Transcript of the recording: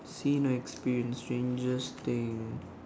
seen or experience strangest thing